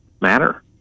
matter